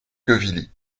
quevilly